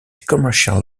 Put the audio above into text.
commercial